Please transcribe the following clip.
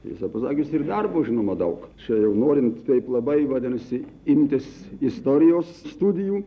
tiesą pasakius ir darbo žinoma daug čia jau norint taip labai vadinasi imtis istorijos studijų